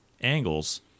angles